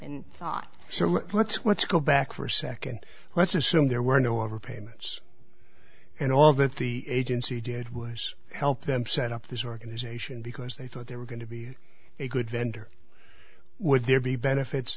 sought so let's once go back for a second let's assume there were no over payments and all that the agency did was help them set up this organization because they thought they were going to be a good vendor would there be benefits